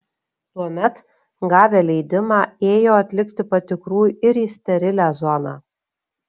tuomet gavę leidimą ėjo atlikti patikrų ir į sterilią zoną